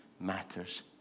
matters